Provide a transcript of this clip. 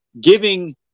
giving